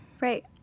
Right